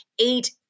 eight